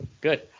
good